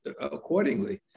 accordingly